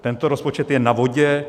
Tento rozpočet je na vodě.